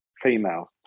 female